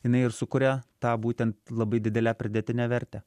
jinai ir sukuria tą būtent labai didelę pridėtinę vertę